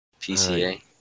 PCA